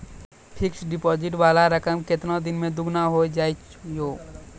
Fixed deposit वाला रकम केतना दिन मे दुगूना हो जाएत यो?